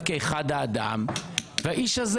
האיש הזה